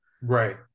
Right